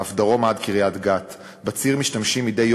ואף דרומה עד קריית-גת.